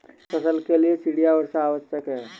किस फसल के लिए चिड़िया वर्षा आवश्यक है?